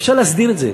אפשר להסדיר את זה.